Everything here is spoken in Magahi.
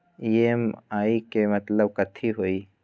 ई.एम.आई के मतलब कथी होई?